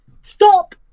stop